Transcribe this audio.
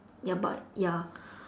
ya but ya